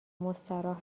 مستراح